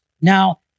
Now